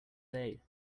day